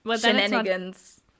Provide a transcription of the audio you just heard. shenanigans